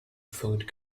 food